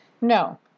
no